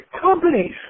companies